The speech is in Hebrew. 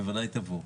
בוודאי תבוא.